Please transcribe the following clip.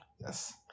Yes